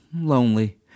lonely